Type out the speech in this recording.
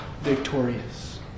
victorious